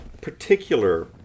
particular